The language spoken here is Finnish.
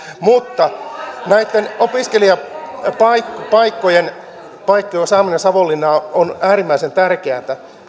mutta näitten opiskelijapaikkojen saaminen savonlinnaan on äärimmäisen tärkeätä